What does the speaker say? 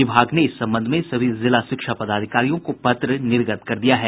विभाग ने इस संबंध में सभी जिला शिक्षा पदाधिकारियों को पत्र निर्गत कर दिया है